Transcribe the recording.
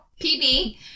PB